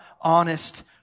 honest